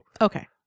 Okay